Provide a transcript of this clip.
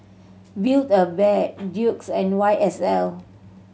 Build A Bear Doux and Y S L